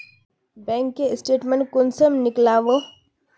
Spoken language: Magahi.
बैंक के स्टेटमेंट कुंसम नीकलावो?